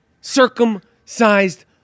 circumcised